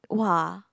[wah]